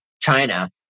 china